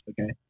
okay